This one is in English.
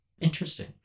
Interesting